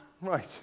Right